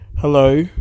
hello